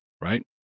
right